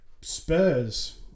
Spurs